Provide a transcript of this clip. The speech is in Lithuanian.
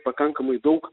pakankamai daug